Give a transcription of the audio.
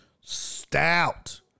Stout